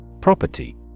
Property